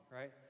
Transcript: right